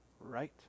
right